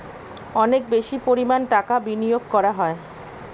অনেক বেশি পরিমাণ টাকা বিনিয়োগ করা হয়